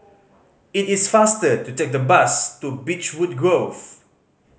it is faster to take the bus to Beechwood Grove